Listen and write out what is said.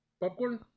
popcorn